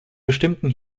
bestimmten